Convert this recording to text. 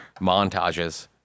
montages